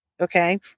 okay